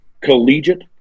Collegiate